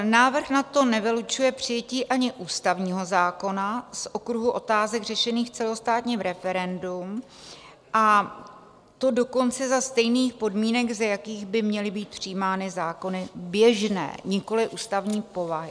Návrh nadto nevylučuje přijetí ani ústavního zákona z okruhu otázek řešených celostátním referendem, a to dokonce za stejných podmínek, za jakých by měly být přijímány zákony běžné, nikoli ústavní povahy.